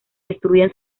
destruyen